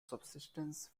subsistence